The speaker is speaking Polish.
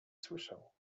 słyszał